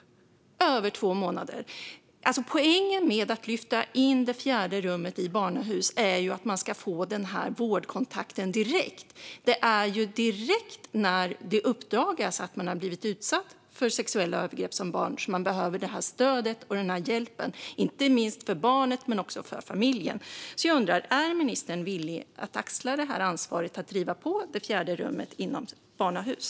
Det tog över två månader! Poängen med att lyfta in det fjärde rummet i barnahus är att man ska få vårdkontakten direkt. Det är ju direkt när det uppdagas att ett barn har blivit utsatt för sexuella övergrepp som det här stödet och den här hjälpen behövs, inte minst för barnets skull men också för familjens. Jag undrar därför om ministern är villig att axla ansvaret för att driva på för det fjärde rummet inom barnahus?